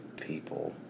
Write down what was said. people